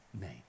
name